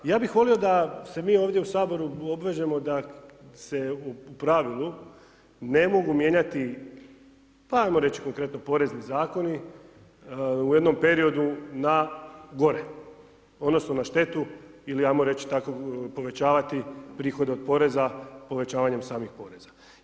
Ja bih volio da se mi ovdje u saboru obvežemo da se u pravili ne mogu mijenjati pa ajmo reć konkretno porezni zakoni u jednom periodu na gore odnosno na štetu ili ajmo reć tako povećavati prihode od poreza povećavanjem samih poreza.